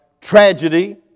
tragedy